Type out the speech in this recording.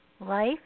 Life